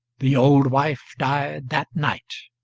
the old wife died that night.